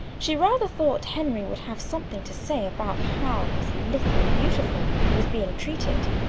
she rather thought henry would have something to say about how his little beautiful was being treated.